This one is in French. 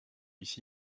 ici